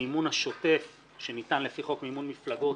המימון השוטף שניתן לפי חוק מימון מפלגות